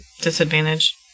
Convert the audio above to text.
disadvantage